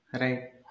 Right